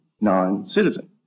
non-citizen